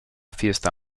fiesta